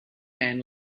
man